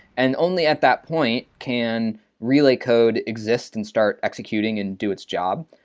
and only at that point can relay code exist and start executing and do its job.